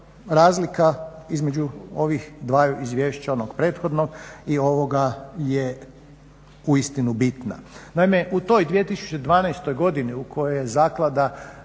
razlika između ovih dvaju izvješća, onog prethodnog i ovoga je u istinu bitna. Naime, u toj 2012.godini u kojoj je zaklada